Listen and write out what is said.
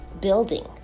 building